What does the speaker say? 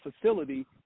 facility